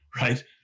right